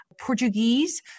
Portuguese